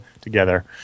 together